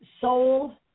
soul